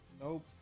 Nope